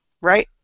right